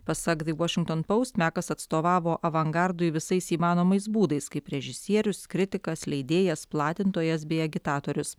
pasak the washington post mekas atstovavo avangardui visais įmanomais būdais kaip režisierius kritikas leidėjas platintojas bei agitatorius